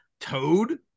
Toad